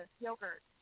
yogurt